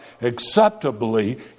acceptably